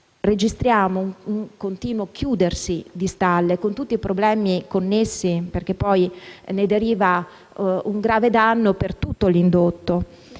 Registriamo un continuo chiudersi di stalle, con tutti i problemi connessi, perché poi ne deriva un grave danno per tutto l'indotto.